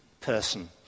person